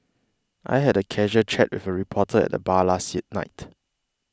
I had a casual chat with a reporter at the bar last night